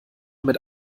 mit